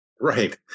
Right